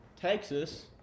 texas